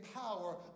power